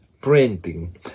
printing